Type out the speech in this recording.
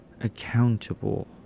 accountable